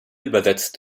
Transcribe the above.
übersetzt